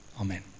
Amen